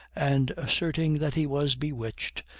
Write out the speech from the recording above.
and, asserting that he was bewitched,